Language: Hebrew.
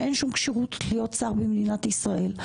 שאין שום כשירות להיות שר במדינת ישראל.